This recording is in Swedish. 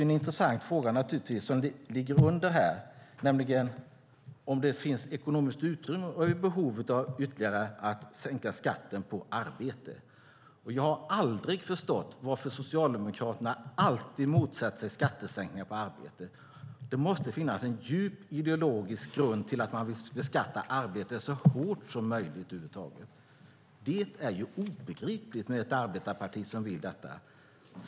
En intressant underliggande fråga är om det finns ekonomiskt utrymme för och behov av att ytterligare sänka skatten på arbete. Jag har aldrig förstått varför Socialdemokraterna alltid motsätter sig skattesänkningar på arbete. Det måste finnas en djup ideologisk grund till att man vill beskatta arbete så hårt som möjligt över huvud taget. Det är obegripligt att ett arbetarparti vill göra detta.